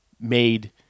made